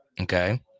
Okay